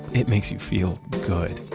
it makes you feel good.